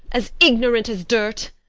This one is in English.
as ignorant as dirt!